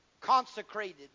consecrated